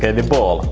and the ball.